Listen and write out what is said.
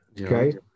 okay